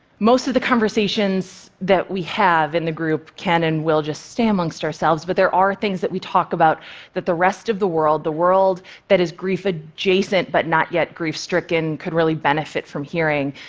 most of the conversations that we have in the group can and will just stay amongst ourselves, but there are things that we talk about that the rest of the world the world that is grief-adjacent but not yet grief-stricken could really benefit from hearing.